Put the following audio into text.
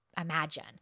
imagine